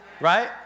Right